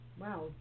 Wow